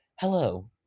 hello